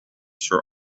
sir